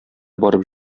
барып